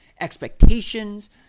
expectations